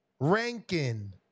Rankin